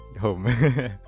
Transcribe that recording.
home